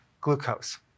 glucose